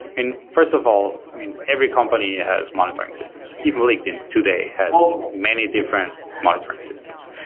and first of all, i mean, every company has monitoring systems, even linkedin today has many different monitoring systems.